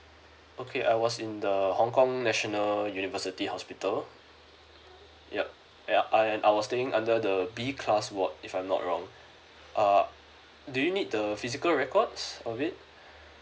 okay I was in the hong kong national university hospital yup a~ and I was staying under the B class ward if I'm not wrong uh do you need the physical records of it